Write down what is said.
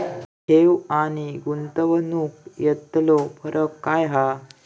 ठेव आनी गुंतवणूक यातलो फरक काय हा?